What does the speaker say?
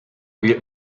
wählt